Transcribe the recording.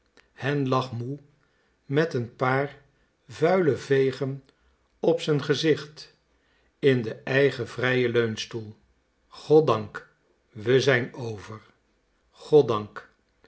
hen lag moe met een paar vuile vegen op z'n gezicht in den eenigen vrijen leunstoel goddank we zijn over goddank